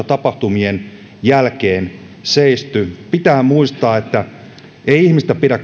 tapahtumien jälkeen ole seisoneet pitää muistaa että ei ihmistä pidä